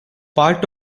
part